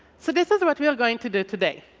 so this is what we are going to do today.